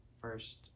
first